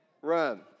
run